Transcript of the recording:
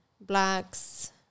blacks